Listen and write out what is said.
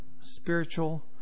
spiritual